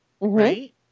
Right